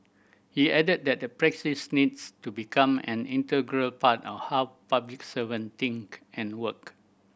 he added that the practise needs to become an integral part of how public servant think and work